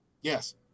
Yes